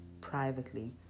privately